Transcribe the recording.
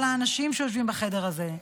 כל האנשים שיושבים בחדר הזה,